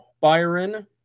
Byron